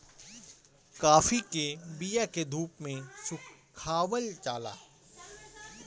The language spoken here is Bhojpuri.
काफी के बिया के धूप में सुखावल जाला